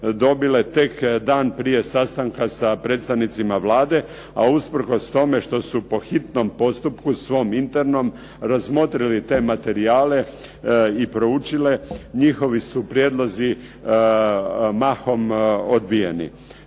dobile tek dan prije sastanka sa predstavnicima Vlade a usprkos tome što su po hitnom postupku svom internom razmotrili te materijale i proučile njihovi su prijedlozi mahom odbijeni.